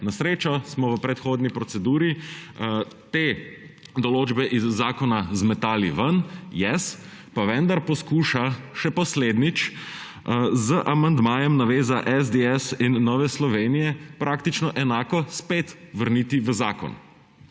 Na srečo smo v predhodni proceduri te določbe iz zakona zmetali ven – »Yes!«. Pa vendar poskuša še poslednjič z amandmajem naveza SDS in Nove Slovenije praktično enako spet vrniti v zakon.